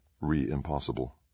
re-impossible